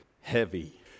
heavy